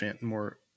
more